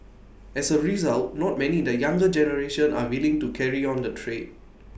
as A result not many in the younger generation are willing to carry on the trade